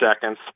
seconds